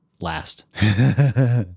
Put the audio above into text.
last